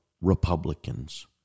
Republicans